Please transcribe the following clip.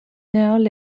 näol